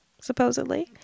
supposedly